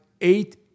eight